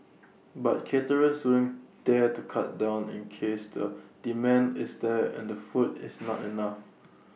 but caterers wouldn't dare to cut down in case the demand is there and food is not enough